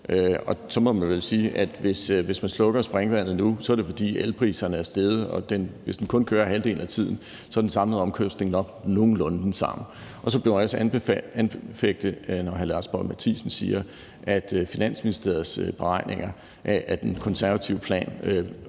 Og så må man vel sige, at hvis man slukker springvandet nu, er det jo, fordi elpriserne er steget, og hvis det kun kører halvdelen af tiden, er den samlede omkostning nok nogenlunde den samme. Så vil jeg også anfægte det, når hr. Lars Boje Mathiesen siger, at Finansministeriets beregninger af, at den konservative plan